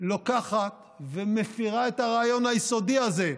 לוקחת ומפירה את הרעיון היסודי הזה.